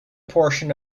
portion